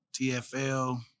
TFL